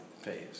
phase